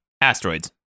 asteroids